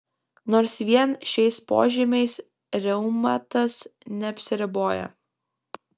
nors vien šiais požymiais reumatas neapsiriboja